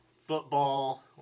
football